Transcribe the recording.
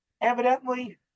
evidently